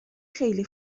خیلی